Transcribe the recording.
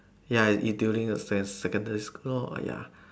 ya it during the second~ secondary school lor ya